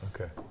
Okay